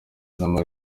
nyuma